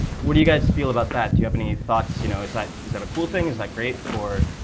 what do you guys feel about that? do you have any thoughts? you know, is that is that a cool thing? is that great for,